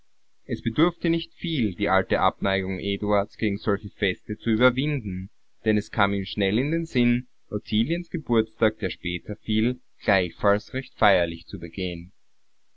es bedurfte nicht viel die alte abneigung eduards gegen solche feste zu überwinden denn es kam ihm schnell in den sinn ottiliens geburtstag der später fiel gleichfalls recht feierlich zu begehen